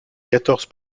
quatorze